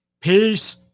Peace